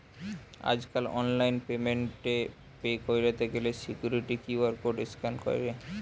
আজকাল online payment এ pay কইরতে গ্যালে সিকুইরিটি কিউ.আর কোড স্ক্যান কইরে